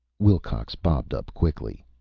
wilcox bobbed up quickly.